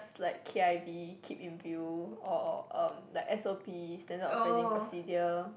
it's like k_i_v keep in view or um like s_o_p Standard operating procedure